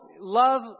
love